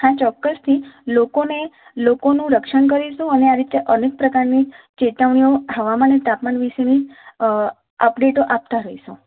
હા ચોક્કસથી લોકોને લોકોનું રક્ષણ કરીશું અને આ રીતે અલગ પ્રકારની ચેતવણીઓ હવામાન અને તાપમાન વિશેની અ અપડૅટો આપતા રહીશું